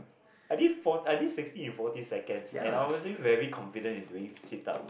I did four I did sixty in forty seconds and I wasn't very confident in doing sit up